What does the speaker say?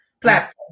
platform